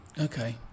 okay